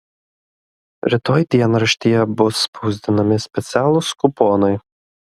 rytoj dienraštyje bus spausdinami specialūs kuponai